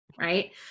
right